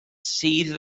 sydd